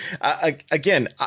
again